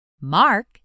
Mark